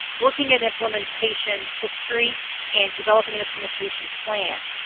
looking at implementation history and developing an implementation plan.